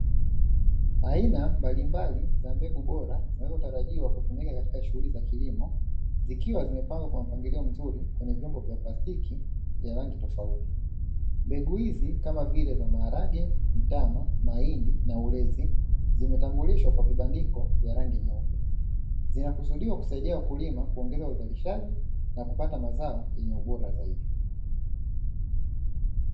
Aina mbalimbali za mbegu bora, zinazotarajiwa kutumika katika shughuli za kilimo, zikiwa zimepangwa kwa mpangilio mzuri kwenye vyombo vya plastiki vya rangi tofauti. Mbegu hizi kama vile: maharage, mtama, mahindi na ulezi zimetambulishwa kwa vibandiko vya rangi nyeupe, zinakusudiwa kusaidia wakulima kuongeza uzalishaji na kupata mazao yenye ubora zaidi.